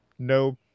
no